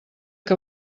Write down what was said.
que